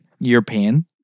European